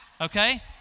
Okay